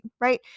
right